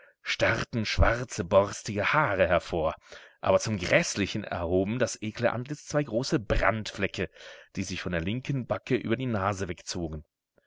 starrten schwarze borstige haare hervor aber zum gräßlichen erhoben das ekle antlitz zwei große brandflecke die sich von der linken backe über die nase wegzogen